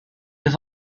have